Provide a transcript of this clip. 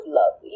love